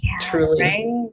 Truly